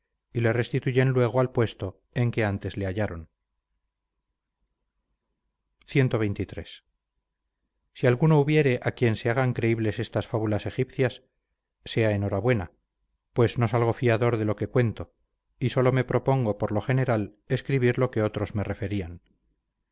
y le restituyen luego al puesto en que antes le hallaron cxxiii si alguno hubiere a quien se hagan creíbles esas fábulas egipcias sea enhorabuena pues no salgo fiador de lo que cuento y sólo me propongo por lo general escribir lo que otros me referían vuelvo a